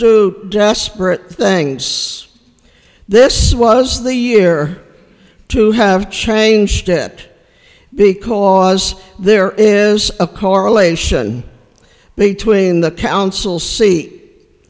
do desperate things this was the year to have changed it because there is a correlation between the council se